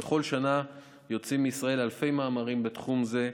בכל שנה יוצאים מישראל אלפי מאמרים בתחום זה,